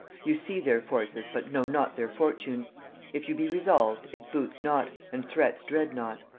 you see their forces, but know not their fortunes if you be resolved, it boots not, and threats dread not.